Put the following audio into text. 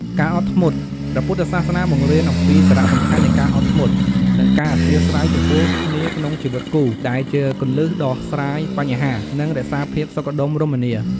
ការអត់ធ្មត់ ព្រះពុទ្ធសាសនាបង្រៀនអំពីសារៈសំខាន់នៃការអត់ធ្មត់ និងការអធ្យាស្រ័យចំពោះគ្នាក្នុងជីវិតគូ ដែលជាគន្លឹះដោះស្រាយបញ្ហា និងរក្សាភាពសុខដុមរមនា។